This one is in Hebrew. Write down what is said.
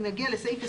נגיע לסעיף 20ב,